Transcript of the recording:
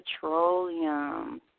petroleum